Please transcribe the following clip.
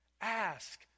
ask